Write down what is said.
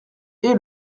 est